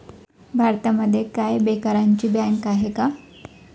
भारतामध्ये काय बेकारांची बँक आहे का?